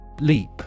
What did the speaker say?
Leap